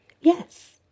Yes